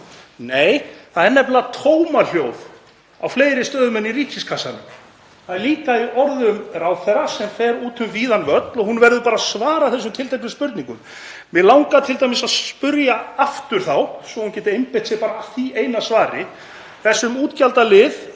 Nei, það er nefnilega tómahljóð á fleiri stöðum en í ríkiskassanum. Það er líka í orðum ráðherra sem fer út um víðan völl og hún verður bara að svara þessum tilteknu spurningum. Mig langar t.d. að spyrja aftur, svo hún geti einbeitt sér að því eina svari, um útgjaldaliðinn